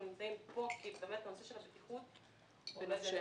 נמצאים כאן כי באמת הנושא של השקיפות חשוב בעינינו.